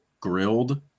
grilled